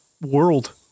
world